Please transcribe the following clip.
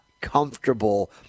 comfortable